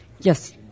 Yes